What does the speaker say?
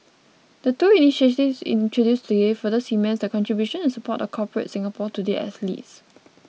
the two initiatives introduced if further cements the contribution and support of Corporate Singapore to the athletes